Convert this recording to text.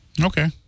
Okay